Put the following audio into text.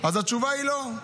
אז התשובה היא לא.